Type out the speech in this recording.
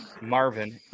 Marvin